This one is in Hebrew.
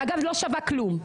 שאגב לא שווה כלום.